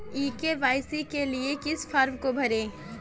ई KYC के लिए किस फ्रॉम को भरें?